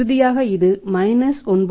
இறுதியாக இது மைனஸ் 9